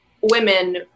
women